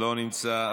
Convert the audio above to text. לא נמצא.